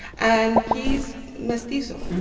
and he's mestizo.